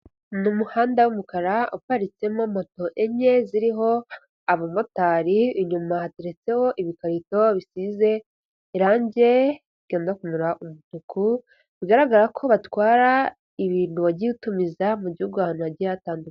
Ni umuhanda w'umukara uparitsemo moto enye ziriho abamotari inyuma, hateretseho ibikarito bisize irangi ryenda kumera umutuku, bigaragara ko batwara ibintu wagiye utumiza mu gihugu ahantu hagiye hatandukanye.